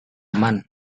teman